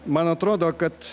man atrodo kad